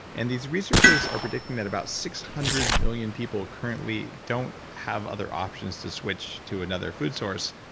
and these researchers are predicting that about six hundred million people currently don't have other options to switch to another food source.